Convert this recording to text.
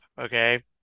okay